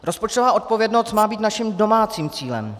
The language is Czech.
Rozpočtová odpovědnost má být naším domácím cílem.